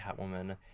Catwoman